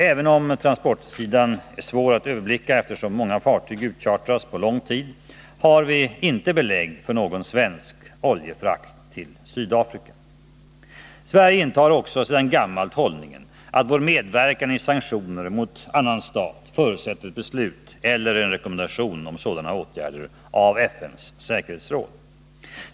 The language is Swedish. Även om transportsidan är svår att överblicka, eftersom många fartyg utchartras på lång tid, har vi inte belägg för någon svensk oljefrakt till Sydafrika. Sverige intar också sedan gammalt hållningen att vår medverkan i sanktioner mot annan stat förutsätter ett beslut eller en rekommendation om sådana åtgärder av FN:s säkerhetsråd.